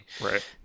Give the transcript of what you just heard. right